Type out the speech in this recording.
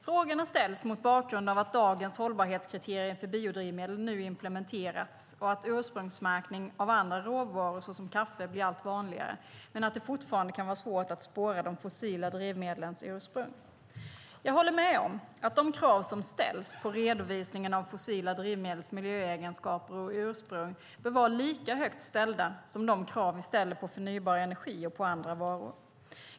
Frågorna ställs mot bakgrund av att dagens hållbarhetskriterier för biodrivmedel nu har implementerats och att ursprungsmärkning av andra råvaror såsom kaffe blir allt vanligare, men att det fortfarande kan vara svårt att spåra de fossila drivmedlens ursprung. Jag håller med om att de krav som ställs på redovisningen av fossila drivmedels miljöegenskaper och ursprung bör vara lika högt ställda som de krav vi ställer på förnybar energi och på andra varor.